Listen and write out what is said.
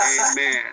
Amen